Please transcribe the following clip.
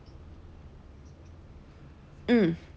mm